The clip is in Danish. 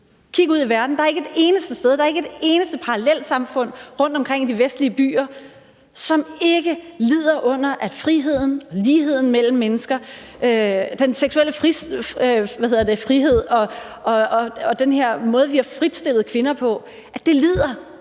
Kig ud i verden: Der er ikke et eneste sted, der er ikke et eneste parallelsamfund rundtomkring i de vestlige byer, hvor friheden og ligheden mellem mennesker, den seksuelle frihed og den måde, vi har fritstillet kvinder på, ikke lider